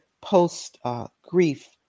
post-grief